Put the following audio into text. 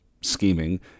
scheming